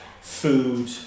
food